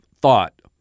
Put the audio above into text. thought